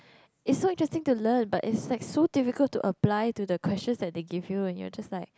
it's so interesting to learn but it's like so difficult to apply to the questions that they give you and you're just like